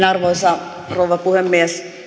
arvoisa rouva puhemies